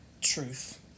truth